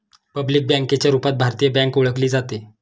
public बँकेच्या रूपात भारतीय बँक ओळखली जाते